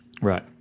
Right